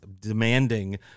demanding